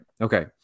Okay